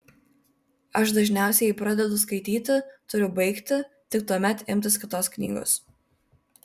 aš dažniausiai jei pradedu skaityti turiu baigti tik tuomet imtis kitos knygos